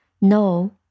No